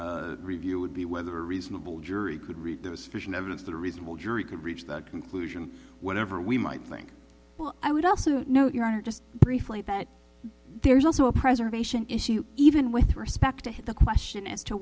jury review would be whether a reasonable jury could read those fish and evidence that a reasonable jury could reach that conclusion whatever we might think well i would also know just briefly that there's also a preservation issue even with respect to the question as to